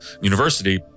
university